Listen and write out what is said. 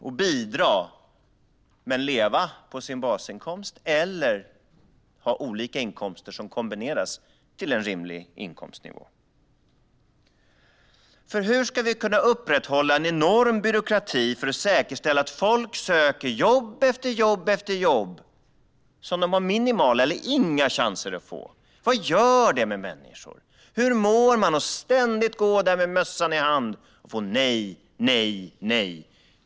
Därigenom kan man leva på sin basinkomst och bidra till samhället. Eller också kan man ha olika inkomster som kombineras till en rimlig inkomstnivå. Hur ska vi kunna upprätthålla en enorm byråkrati för att säkerställa att folk söker jobb efter jobb som man har minimala eller inga chanser att få? Vad gör det med människor? Hur mår man av att ständigt gå med mössan i hand och få nej, nej?